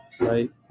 right